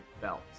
belt